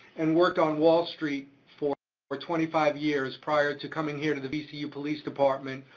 and worked on wall street for for twenty five years prior to coming here to the vcu police department